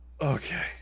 okay